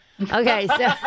Okay